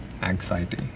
anxiety